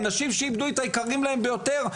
אנשים שאיבדו את היקרים להם ביותר,